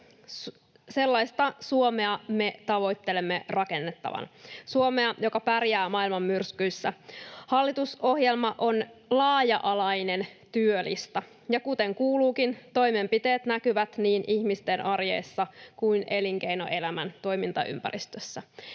sellaisen Suomen rakentamista me tavoittelemme, Suomen, joka pärjää maailman myrskyissä. Hallitusohjelma on laaja-alainen työlista, ja kuten kuuluukin, toimenpiteet näkyvät niin ihmisten arjessa kuin elinkeinoelämän toimintaympäristössä.